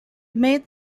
made